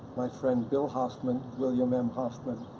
my friend bill hoffman, william m. hoffman,